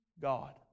God